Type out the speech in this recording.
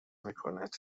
میکند